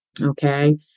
Okay